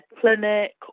clinic